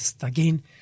again